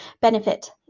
benefit